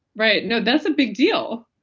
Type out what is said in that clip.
right, no that's a big deal.